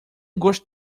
gosto